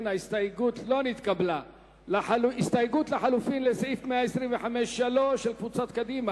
ההסתייגות של חברי הכנסת שלי יחימוביץ,